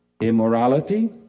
immorality